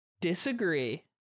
Disagree